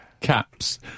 Caps